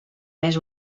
més